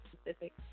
specific